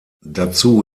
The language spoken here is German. dazu